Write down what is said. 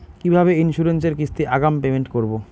কিভাবে ইন্সুরেন্স এর কিস্তি আগাম পেমেন্ট করবো?